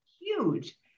huge